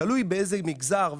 תלוי באיזה מגזר,